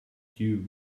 dew